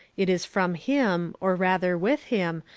it is from him, or rather with him,